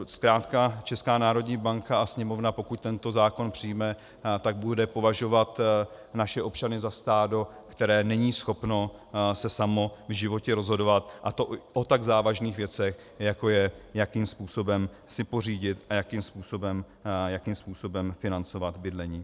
Zkrátka Česká národní banka a Sněmovna, pokud tento zákon přijme, tak bude považovat naše občany za stádo, které není schopno se samo v životě rozhodovat, a to o tak závažných věcech, jako je, jakým způsobem si pořídit a jakým způsobem financovat bydlení.